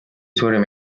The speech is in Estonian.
suurim